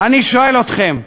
אני שואל אתכם: